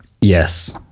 Yes